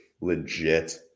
legit –